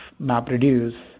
MapReduce